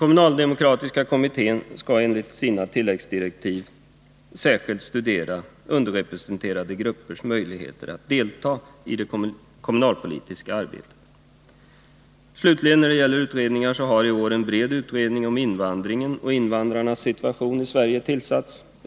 Kommunaldemokratiska kommittén skall enligt sina tilläggsdirektiv särskilt studera underrepresenterade gruppers möjligheter att delta i det kommunalpolitiska arbetet. Slutligen har i år en bred utredning tillsatts om invandringen och invandrarnas situation i Sverige.